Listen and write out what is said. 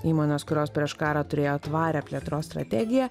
įmonės kurios prieš karą turėjo tvarią plėtros strategiją